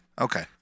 okay